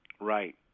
Right